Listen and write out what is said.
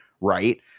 right